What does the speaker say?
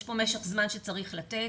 יש פה משך זמן שצריך לתת,